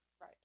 right